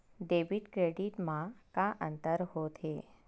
Debit credit मा का अंतर होत हे?